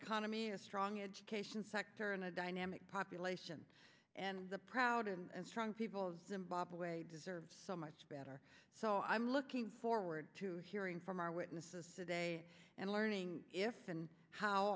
economy a strong education sector and a dynamic population and the proud and strong people of zimbabwe deserve so much better so i'm looking forward to hearing from our witnesses and learning if and how